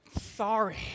sorry